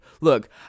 Look